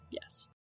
Yes